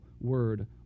word